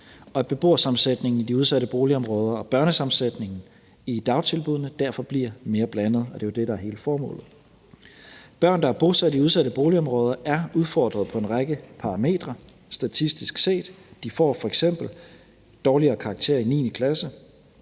beboersammensætningen i de udsatte boligområder og børnesammensætningen i dagtilbuddene derfor bliver mere blandet. Og det er jo det, der er hele formålet. Børn, der er bosat i udsatte boligområder, er udfordret på en række parametre statistisk set. De får f.eks. dårligere karakterer i 9. klasse,